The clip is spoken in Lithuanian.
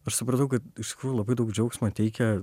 aš supratau kad iš tikrųjų labai daug džiaugsmo teikia